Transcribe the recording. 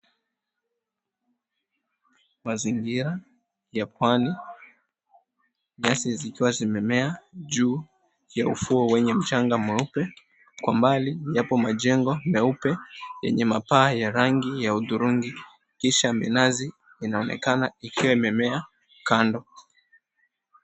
Mazingira ya Pwani, nyasi zikiwa zimemea juu ya ufuo wenye mchanga mweupe. Kwa mbali kunapo majengo meupe yenye mapaa ya rangi ya hudhurungi, kisha minazi inaonekana ikiwa imemea kando.